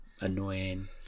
annoying